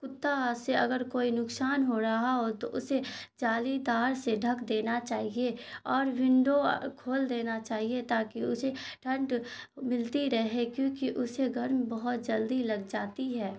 کتا سے اگر کوئی نقصان ہو رہا ہو تو اسے جالی دار سے ڈھک دینا چاہیے اور ونڈو کھول دینا چاہیے تاکہ اسے ٹھنڈ ملتی رہے کیونکہ اسے گرم بہت جلدی لگ جاتی ہے